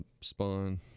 spawn